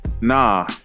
nah